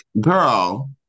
Girl